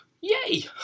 Yay